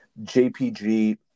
jpg